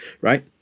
Right